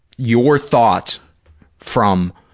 your thoughts from,